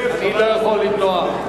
אני לא יכול למנוע.